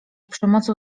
przemocą